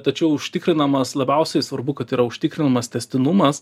tačiau užtikrinamas labiausiai svarbu kad yra užtikrinamas tęstinumas